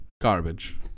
Garbage